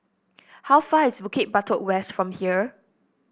how far is Bukit Batok West from here